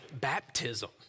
baptism